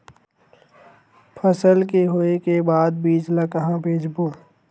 फसल के होय के बाद बीज ला कहां बेचबो?